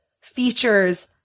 features